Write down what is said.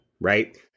right